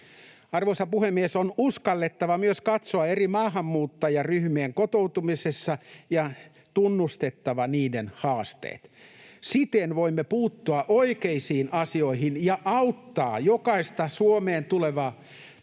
Arvoisa puhemies! On uskallettava myös katsoa eroja eri maahanmuuttajaryhmien kotoutumisessa ja tunnustettava niiden haasteet. Siten voimme puuttua oikeisiin asioihin ja auttaa jokaista Suomeen tulevaa